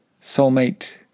Soulmate